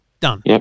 Done